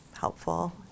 helpful